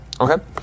Okay